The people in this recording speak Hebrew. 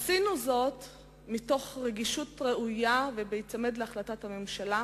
עשינו זאת מתוך רגישות ראויה ובהיצמד להחלטת הממשלה,